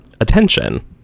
attention